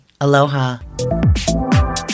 Aloha